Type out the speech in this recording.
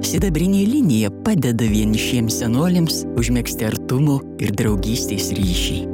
sidabrinė linija padeda vienišiems senoliams užmegzti artumo ir draugystės ryšį